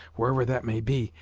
wherever that may be,